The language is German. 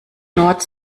nord